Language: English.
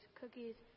cookies